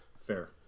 Fair